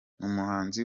umuhanzi